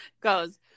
goes